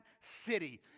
city